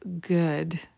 good